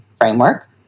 framework